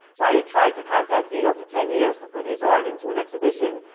so i had tried to contact vito for ten years to put his heart into an exhibition,